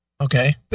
Okay